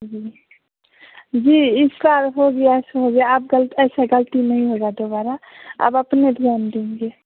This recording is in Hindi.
जी जी इसका हो गया सो हो गया अब गलती ऐसा गलती नहीं होगा दोबारा अब अपने इत बाँध दूँगी